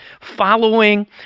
following